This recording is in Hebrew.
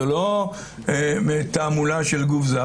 זה לא תעמולה של גוף זר.